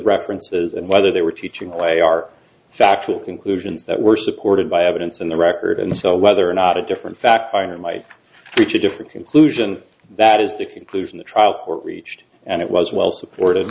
references and whether they were teaching the way our factual conclusions that were supported by evidence in the record and so whether or not a different fact finding might reach a different conclusion that is the few clues in the trial court reached and it was well support